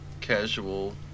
casual